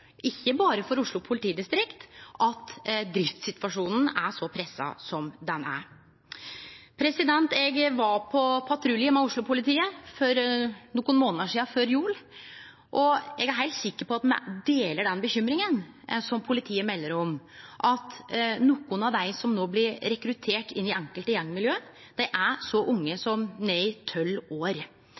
ikkje berre for Oslo politidistrikt, at driftssituasjonen er så pressa som han er. Eg var på patrulje med Oslo-politiet for nokre månader sidan, før jul, og eg er heilt sikker på at me deler den bekymringa som politiet melder om, at nokre av dei som no blir rekrutterte inn i enkelte gjengmiljø, er så unge som ned i 12 år.